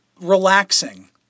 relaxing